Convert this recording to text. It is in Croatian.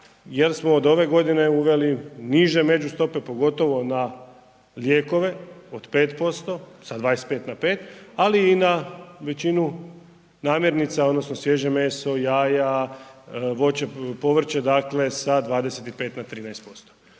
jer smo od ove godine uveli niže međustope pogotovo na lijekove od 5% sa 25 na 5, ali i na većinu namirnica, odnosno svježe meso, jaja, voće, povrće sa 25 na 13%.